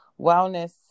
Wellness